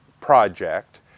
project